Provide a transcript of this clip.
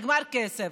נגמר הכסף.